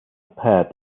pad